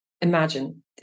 imagine